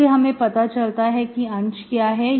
इसे हमें पता चलता है कि अंश क्या है